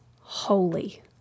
holy